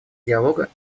диалога